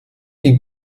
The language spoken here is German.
die